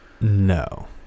No